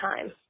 time